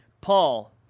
Paul